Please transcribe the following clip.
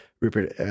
Rupert